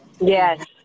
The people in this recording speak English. Yes